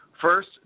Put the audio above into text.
First